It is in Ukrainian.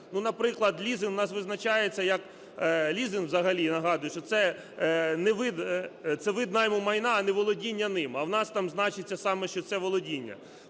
Наприклад, лізинг у нас визначається як... Лізинг, взагалі нагадую, що це вид найманого майна, а не володіння ним. А у нас там значиться саме, що це володіння.